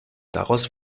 daraus